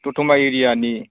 दतमा एरियानि